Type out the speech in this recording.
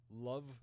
love